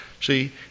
See